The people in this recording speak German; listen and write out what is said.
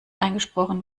eingesprochen